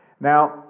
Now